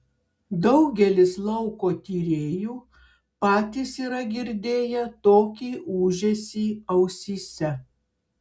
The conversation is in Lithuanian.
daugelis lauko tyrėjų patys yra girdėję tokį ūžesį ausyse